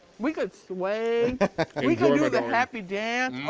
we could sway we could do the happy dance.